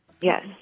Yes